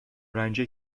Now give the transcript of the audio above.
رنجه